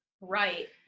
Right